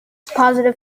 positive